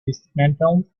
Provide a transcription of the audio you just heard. dismantled